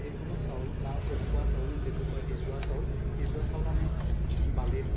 যিকোনো চাউল বা উখোৱা চাউল যিটো কয় সিজোৱা চাউল সিজোৱা চাউল আমি বালিত